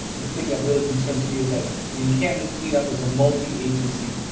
the thing that really concerns me is that in camden clean up as a multi agency.